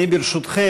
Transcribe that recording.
ברשותכם,